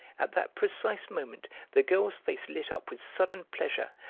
at that precise moment the girl's face lit up with sudden pleasure,